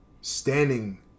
standing